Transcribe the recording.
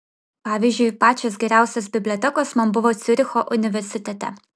pavyzdžiui pačios geriausios bibliotekos man buvo ciuricho universitete